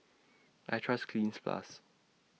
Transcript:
I Trust Cleanz Plus